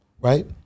right